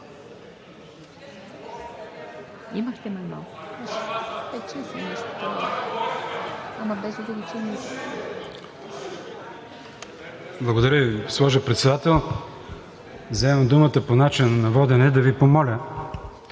Благодаря Ви, госпожо Председател. Вземам думата по начина на водене да Ви помоля